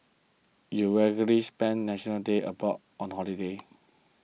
you regularly spend National Day abroad on holiday